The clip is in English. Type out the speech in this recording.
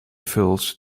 filth